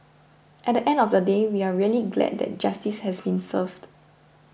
at the end of the day we are really glad that justice has been served